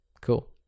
cool